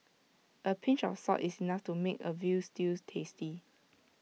A pinch of salt is enough to make A Veal Stew tasty